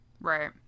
Right